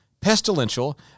pestilential